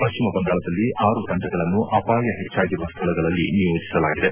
ಪಶ್ಚಿಮ ಬಂಗಾಳದಲ್ಲಿ ಆರು ತಂಡಗಳನ್ನು ಅಪಾಯ ಹೆಚ್ಚಾಗಿರುವ ಸ್ಥಳಗಳಲ್ಲಿ ನಿಯೋಜಿಸಲಾಗಿದೆ